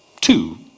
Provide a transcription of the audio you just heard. two